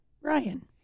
Ryan